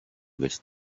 this